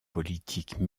politique